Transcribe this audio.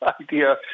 idea